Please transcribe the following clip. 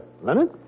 Leonard